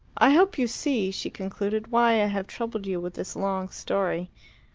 i hope you see, she concluded, why i have troubled you with this long story.